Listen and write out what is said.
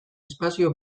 espazio